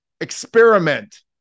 Experiment